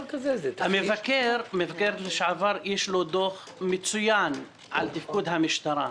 המבקר לשעבר יש לו דוח מצוין על תפקוד המשטרה,